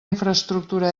infraestructura